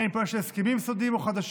אין פה עניין של הסכמים סודיים או חדשים.